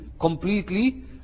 Completely